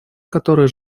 которые